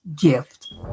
gift